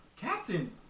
Captain